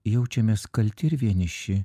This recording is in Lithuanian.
jaučiamės kalti ir vieniši